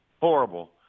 Horrible